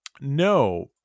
no